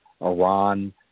Iran